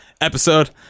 episode